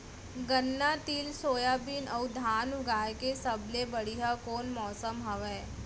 गन्ना, तिल, सोयाबीन अऊ धान उगाए के सबले बढ़िया कोन मौसम हवये?